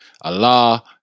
Allah